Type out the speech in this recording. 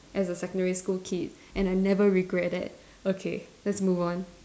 as a secondary school kid and I never regret that okay let's move on